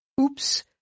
Oops